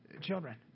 children